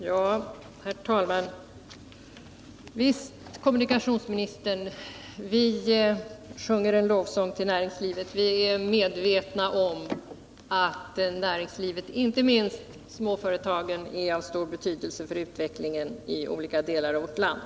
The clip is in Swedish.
Herr talman! Visst sjunger vi en lovsång till näringslivet, herr kommunikationsminister. Vi är medvetna om att näringslivet, inte minst småföretagen, är av stor betydelse för utvecklingen i olika delar av vårt land.